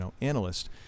analyst